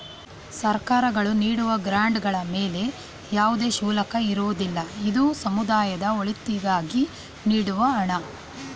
ಸರ್ಕಾರಗಳು ನೀಡುವ ಗ್ರಾಂಡ್ ಗಳ ಮೇಲೆ ಯಾವುದೇ ಶುಲ್ಕ ಇರುವುದಿಲ್ಲ, ಇದು ಸಮುದಾಯದ ಒಳಿತಿಗಾಗಿ ನೀಡುವ ಹಣ